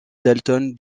dalton